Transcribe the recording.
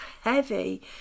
heavy